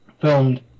filmed